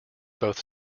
both